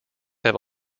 have